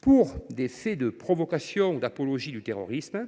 pour des faits de provocation ou d’apologie du terrorisme,